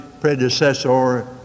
predecessor